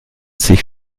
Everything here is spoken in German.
sich